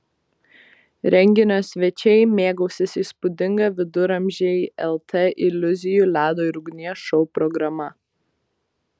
renginio svečiai mėgausis įspūdinga viduramžiai lt iliuzijų ledo ir ugnies šou programa